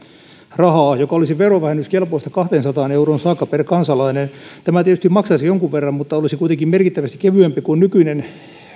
rahaa joka olisi verovähennyskelpoista kahteensataan euroon saakka per kansalainen tämä tietysti maksaisi jonkun verran mutta olisi kuitenkin merkittävästi kevyempi kuin nykyinen